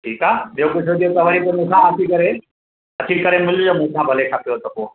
ठीक आहे ॿियो कुझु हुजे त वरी पोइ मूंखा अची करे अची करे मिलजो मूंसा भले खपेव त पोइ